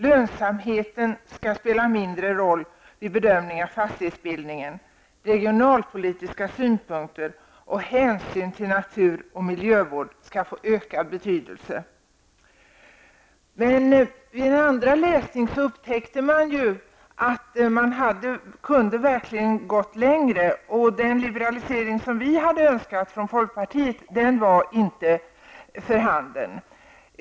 Lönsamheten skall spela mindre roll vid bedömningen av fastighetsbildningen. Regionalpolitiska synpunkter och hänsyn till natur och miljövård skall få ökad betydelse. Vid en andra läsning upptäckte jag att man hade kunnat gå längre. Den liberalisering som vi inom folkpartiet hade önskat var inte för handeln.